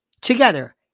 together